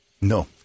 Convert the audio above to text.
No